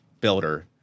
builder